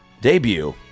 debut